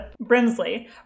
Brimsley